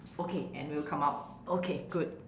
okay and we'll come out okay good